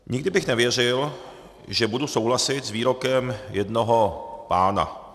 Nikdy bych nevěřil, že budu souhlasit s výrokem jednoho pána.